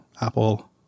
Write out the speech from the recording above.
Apple